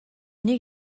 нэг